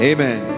Amen